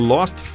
Lost